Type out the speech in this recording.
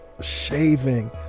shaving